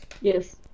Yes